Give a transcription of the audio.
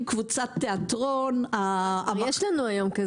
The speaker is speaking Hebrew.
קבוצת תיאטרון --- יש לנו היום כזאת.